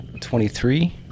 Twenty-three